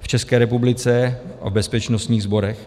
v České republice a v bezpečnostních sborech.